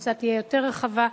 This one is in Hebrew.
התפוצה תהיה יותר רחבה,